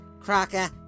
Crocker